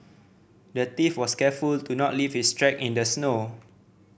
the thief was careful to not leave his track in the snow